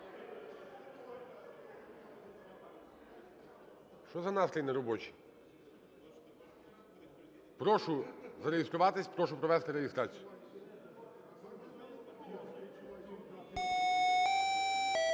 Що за настрій неробочий? Прошу зареєструватись. Прошу провести реєстрацію. 10:03:14